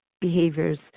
behaviors